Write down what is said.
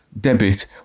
debit